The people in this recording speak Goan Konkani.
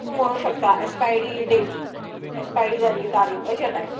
तूं म्हणूंक शकता एक्शपायडी डेट एक्शपायडी जाल्ली तारीक अशे टायप